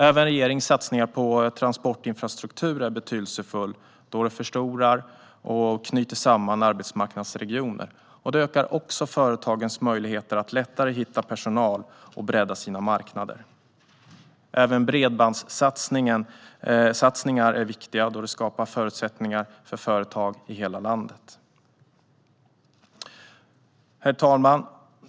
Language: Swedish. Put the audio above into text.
Även regeringens satsningar på transportinfrastruktur är betydelsefulla då de förstorar och knyter samman arbetsmarknadsregioner och ökar företagens möjligheter att hitta personal och bredda sina marknader. Bredbandssatsningar är också viktiga då de skapar förutsättningar för företag i hela landet. Herr talman!